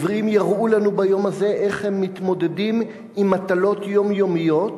העיוורים יראו לנו ביום הזה איך הם מתמודדים עם מטלות יומיומיות,